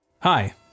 Hi